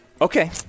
Okay